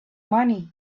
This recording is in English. money